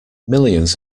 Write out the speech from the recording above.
millions